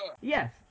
Yes